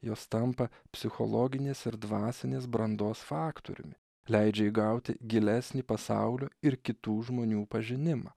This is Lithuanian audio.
jos tampa psichologinės ir dvasinės brandos faktoriumi leidžia įgauti gilesnį pasaulio ir kitų žmonių pažinimą